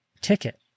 ticket